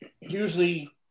usually